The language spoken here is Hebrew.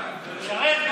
שרן,